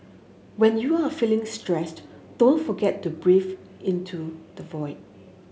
when you are feeling stressed don't forget to breathe into the void